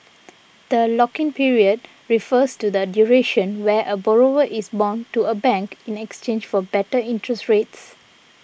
the lock in period refers to the duration where a borrower is bound to a bank in exchange for better interest rates